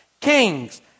kings